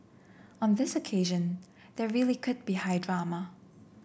on this occasion there really could be high drama